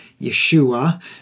Yeshua